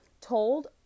told